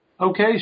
Okay